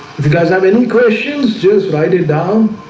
if you guys have any questions just write it down